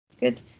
Good